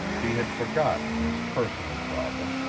he had forgotten his personal problem,